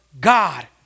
God